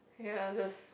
ya just